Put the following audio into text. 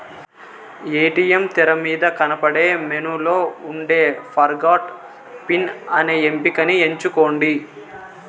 ATM తెరమీద కనబడే మెనూలో ఉండే ఫర్గొట్ పిన్ అనే ఎంపికని ఎంచుకోండి